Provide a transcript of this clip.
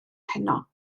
heno